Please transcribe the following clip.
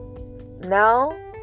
now